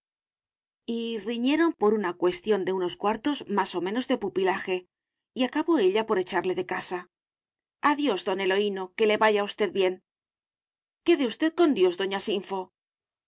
riñeron por cuestión de unos cuartos más o menos de pupilaje y acabó ella por echarle de casa adiós don eloíno que le vaya a usted bien quede usted con dios doña sinfo